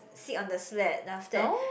sit on the sled then after that